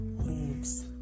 leaves